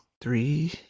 three